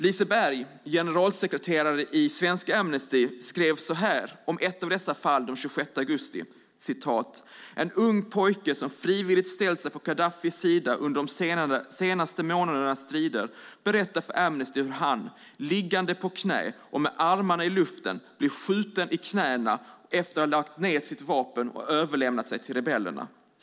Lise Bergh, generalsekreterare i Svenska Amnesty skrev om ett av dessa fall den 26 augusti: "En ung pojke som frivilligt ställt sig på Khadaffis sida under de senaste månadernas strider berättade för Amnesty hur han, liggande på knä och med armarna i luften, blev skjuten i knäna efter att ha lagt ner sitt vapen och överlämnat sig till rebellerna."